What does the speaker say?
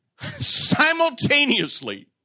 Simultaneously